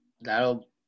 that'll